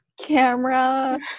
camera